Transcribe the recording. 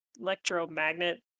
electromagnet